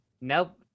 nope